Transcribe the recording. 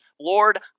Lord